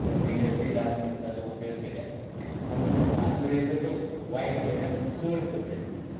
continuously लावन ताजो उपयोग केल्यार पूण ल्हान भुरग्यांनी जर तो वायट परिणाम चड पद्दतीन जाता